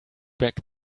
back